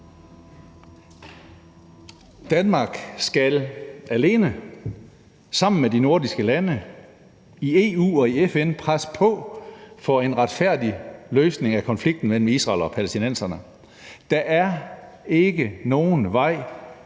Danmark skal alene, sammen med de nordiske lande, i EU og i FN presse på for en retfærdig løsning af konflikten mellem Israel og palæstinenserne. Der er ikke nogen vej